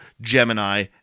Gemini